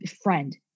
friend